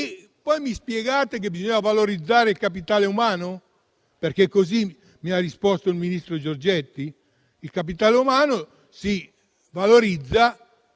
Poi mi spiegate che bisogna valorizzare il capitale umano, perché così mi ha risposto il ministro Giorgetti. Il capitale umano si valorizza